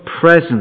present